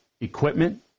equipment